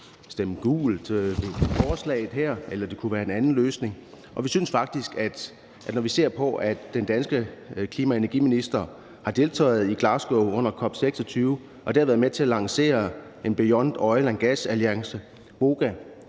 stemme gult til forslaget her, eller det kunne være en anden løsning. Vi synes faktisk, når vi ser på, at den danske klima- og energiminister har deltaget i Glasgow under COP26 og der har været med til at lancere en Beyond Oil and Gas Alliance, BOGA,